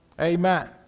Amen